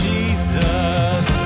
Jesus